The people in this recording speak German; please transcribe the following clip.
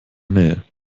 nähe